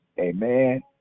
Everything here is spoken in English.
Amen